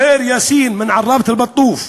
ח'יר יאסין מעראבת אל-בטוף,